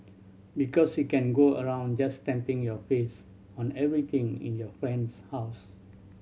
because you can go around just stamping your face on everything in your friend's house